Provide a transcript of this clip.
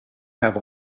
have